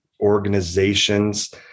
organizations